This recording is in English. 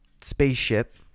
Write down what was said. spaceship